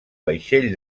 vaixell